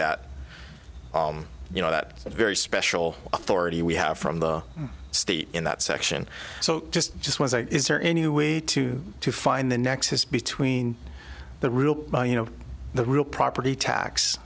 that you know that very special authority we have from the state in that section so just just wasn't is there any way to to find the nexus between the real you know the real property tax